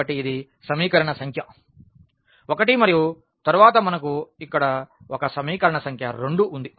కాబట్టి ఇది సమీకరణ సంఖ్య 1 మరియు తరువాత మనకు ఇక్కడ ఒక సమీకరణ సంఖ్య 2 ఉంది